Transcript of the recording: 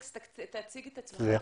בבקשה, תציג את עצמך.